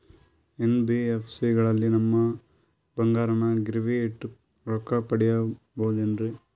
NBFC ಗಳಲ್ಲಿ ನಮ್ಮ ಬಂಗಾರನ ಗಿರಿವಿ ಇಟ್ಟು ರೊಕ್ಕ ಪಡೆಯಬಹುದೇನ್ರಿ?